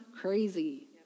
crazy